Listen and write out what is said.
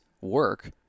work